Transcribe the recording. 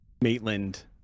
Maitland